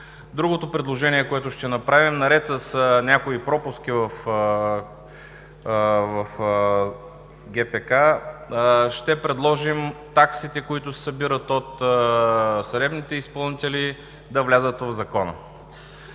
Другото предложение, което ще направим – наред с някои пропуски в ГПК, ще предложим таксите, които се събират от съдебните изпълнители, да влязат в Закона.